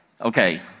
Okay